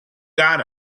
got